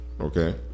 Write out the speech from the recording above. Okay